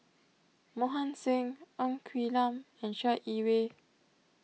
Mohan Singh Ng Quee Lam and Chai Yee Wei